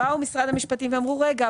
באו משרד המשפטים ואמרו: "רגע,